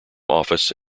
office